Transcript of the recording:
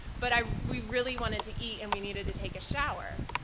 but i mean we really wanted to eat and we needed to take a shower.